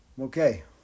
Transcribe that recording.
okay